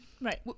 Right